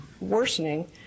worsening